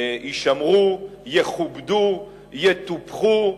יישמרו, יכובדו, יטופחו.